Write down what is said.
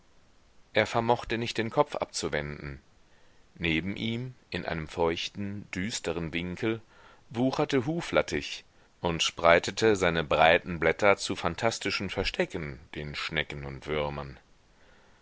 er vermochte nicht den kopf abzuwenden neben ihm in einem feuchten düsteren winkel wucherte huflattich und spreitete seine breiten blätter zu phantastischen verstecken den schnecken und würmern